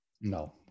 No